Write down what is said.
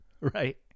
right